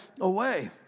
away